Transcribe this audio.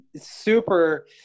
super